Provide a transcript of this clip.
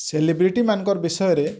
celebrity ମାନ୍ଙ୍କର୍ ବିଷୟରେ